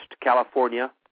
California